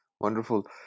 Wonderful